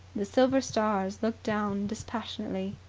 the silver stars looked down dispassionately.